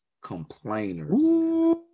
complainers